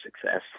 success